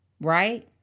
right